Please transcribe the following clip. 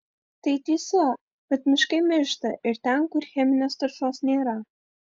tai tiesa bet miškai miršta ir ten kur cheminės taršos nėra